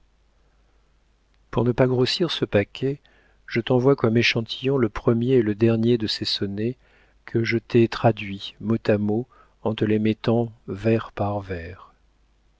pour ne pas grossir ce paquet je t'envoie comme échantillon le premier et le dernier de ses sonnets que je t'ai traduits mot à mot en te les mettant vers par